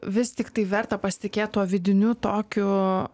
vis tiktai verta pasitikėt tuo vidiniu tokiu